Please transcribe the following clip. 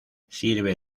sirve